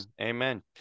amen